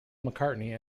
mccartney